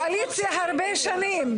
בקואליציה הרבה שנים.